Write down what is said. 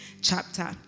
chapter